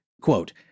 Quote